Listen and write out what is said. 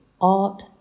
art